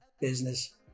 business